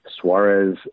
Suarez